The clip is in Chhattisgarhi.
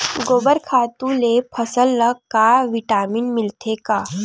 गोबर खातु ले फसल ल का विटामिन मिलथे का?